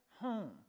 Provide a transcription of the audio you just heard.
home